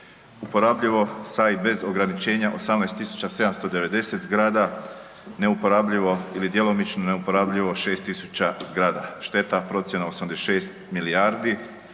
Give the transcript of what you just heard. Uporabljivo sa i bez ograničenja 18790 zgrada, neuporabljivo ili djelomično neuporabljivo 6000 zgrada, šteta procjena 86 milijardi